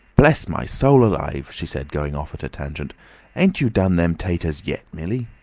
bless my soul alive! she said, going off at a tangent ain't you done them taters yet, millie?